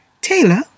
Taylor